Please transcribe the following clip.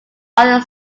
other